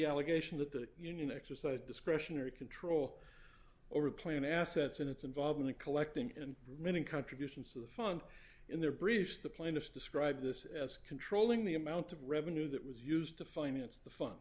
allegation that the union exercised discretionary control over a plan assets and its involvement in collecting and remaining contributions to the fund in their briefs the plaintiffs describe this as controlling the amount of revenue that was used to finance the fun